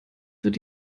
wird